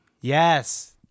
Yes